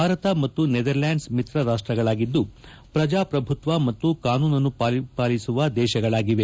ಭಾರತ ಮತ್ತು ನೆದರ್ಲ್ಕಾಂಡ್ ಮಿತ್ರರಾಷ್ಟಗಳಾಗಿದ್ದು ಪ್ರಜಾಪ್ರಭುತ್ವ ಮತ್ತು ಕಾನೂನನ್ನು ಪರಿಪಾಲಿಸುವ ದೇಶಗಳಾಗಿವೆ